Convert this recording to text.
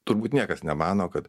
turbūt niekas nemano kad